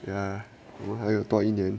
ya 我还有多一年